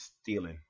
stealing